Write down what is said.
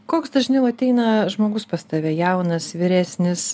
koks dažniau ateina žmogus pas tave jaunas vyresnis